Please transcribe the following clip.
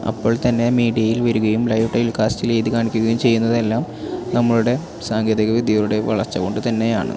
അപ്പോൾത്തന്നെ മീഡിയയിൽ വരികയും ലൈവ് ടെലികാസ്റ്റിൽ എഴുതികാണിക്കുകയും ചെയുന്നത് എല്ലാം നമ്മളുടെ സാങ്കേതികവിദ്യയുടെ വളർച്ചകൊണ്ടുതന്നെയാണ്